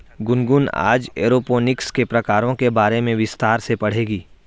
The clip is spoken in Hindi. गुनगुन आज एरोपोनिक्स के प्रकारों के बारे में विस्तार से पढ़ेगी